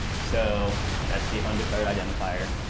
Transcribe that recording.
so that's the undeclared identifier,